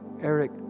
Eric